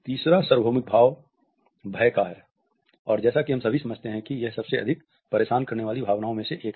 तीसरा सार्वभौमिक भाव भय का है और जैसा कि हम सभी समझते हैं कि यह सबसे अधिक परेशान करने वाली भावनाओं में से एक है